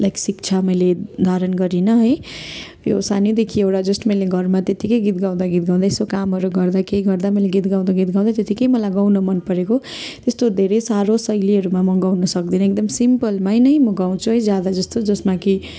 like शिक्षा मैले धारण गरिन है यो सानैदेखि एउटा जस्ट मैले घरमा त्यतिकै गीत गाउँदा गीत गाउँदै कामहरू गर्दा केही गर्दा मैले गात गाउँदा गीत गाउँदै त्यतिकै मलाई गाउन मनपरेको त्यस्तो धेरै साह्रो शैलीहरूमा म गाउन सक्दिनँ एकदम सिम्पलमा नै म गाउँछु अनि ज्यादा जस्तो जसमा कि